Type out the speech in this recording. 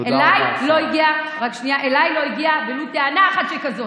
אליי לא הגיעה ולו טענה אחת שכזאת,